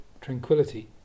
tranquility